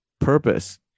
purpose